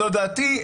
זאת דעתי.